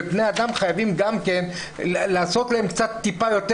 ובני אדם חייבים לעשות להם טיפה יותר